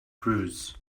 prudes